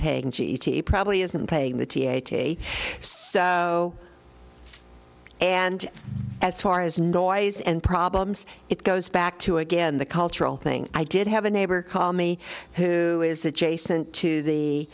paying g t probably isn't paying the t eighty and as far as noise and problems it goes back to again the cultural thing i did have a neighbor call me who is adjacent to